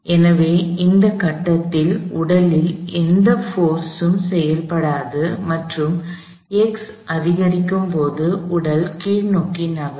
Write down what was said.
எனவே இந்த கட்டத்தில் உடலில் எந்த போர்ஸ் ம் செயல்படாது மற்றும் x அதிகரிக்கும் போது உடல் கீழ்நோக்கி நகரும்